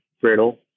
brittle